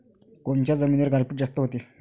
कोनच्या जमिनीवर गारपीट जास्त व्हते?